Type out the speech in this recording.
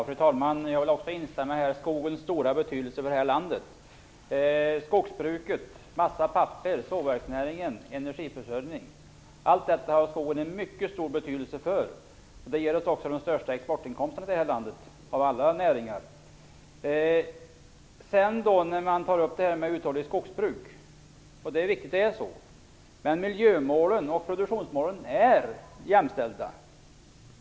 Fru talman! Jag vill också instämma i skogens stora betydelse för detta land. Skogen har en mycket stor betydelse för skogsbruk, massa, papper, sågverksnäring och energiförsörjning. Av alla näringar ger den oss också de största exportinkomsterna i landet. Här har tagits upp uthålligt skogsbruk. Miljömålen och produktionsmålen är jämställda.